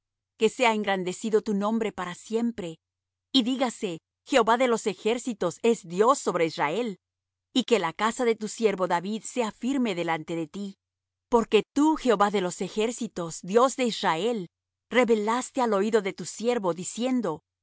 que sea engrandecido tu nombre para siempre y dígase jehová de los ejércitos es dios sobre israel y que la casa de tu siervo david sea firme delante de ti porque tú jehová de los ejércitos dios de israel revelaste al oído de tu siervo diciendo